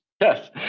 Yes